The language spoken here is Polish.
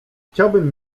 chciałabym